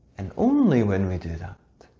and only when we do that,